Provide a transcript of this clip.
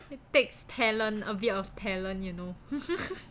takes talent a bit of talent you know